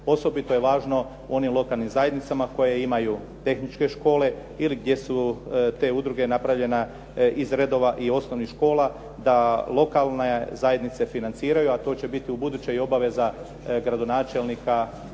Osobito je važno onim lokalnim zajednicama koje imaju tehničke škole ili gdje su te udruge napravljene iz redova i osnovnih škola da lokalne zajednice financiraju, a to će biti ubuduće i obaveza gradonačelnika,